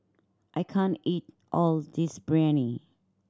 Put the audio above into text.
I can't eat all this Biryani